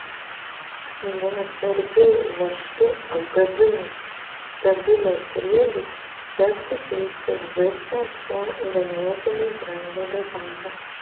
neatsargiai varžtu apgadinus stebulės sriegius tektų keisti visą šią ganėtinai brangią detalę